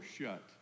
shut